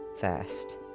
First